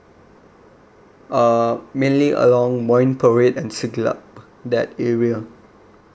uh mainly along marine parade and siglap that area